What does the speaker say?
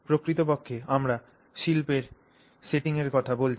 প্রকৃতপক্ষে আমরা শিল্পের সেটিংয়ের কথা বলছি